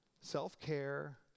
self-care